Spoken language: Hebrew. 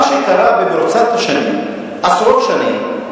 מה שקרה במרוצת השנים, עשרות שנים,